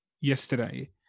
yesterday